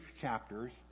chapters